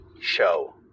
show